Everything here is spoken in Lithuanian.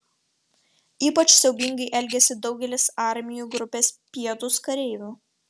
ypač siaubingai elgėsi daugelis armijų grupės pietūs kareivių